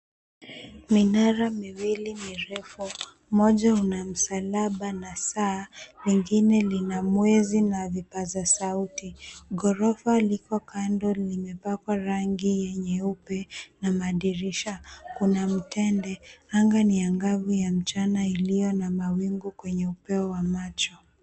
Minara miwili mirefu. Mmoja una msalaba na saa, lingine lina mwezi na vipaza sauti. Ghorofa liko kando limepakwa rangi ya nyeupe na madirisha. Kuna mtende, anga ni angavu ya mchana iliyo na mawingu kwenye upeo wa macho.